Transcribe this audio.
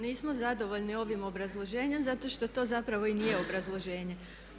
Nismo zadovoljni ovim obrazloženjem zato što to zapravo i nije obrazloženje.